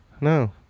No